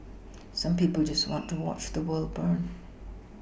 some people just want to watch the world burn